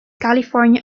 california